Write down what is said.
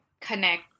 connect